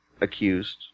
Accused